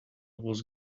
was